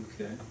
Okay